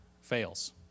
fails